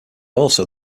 also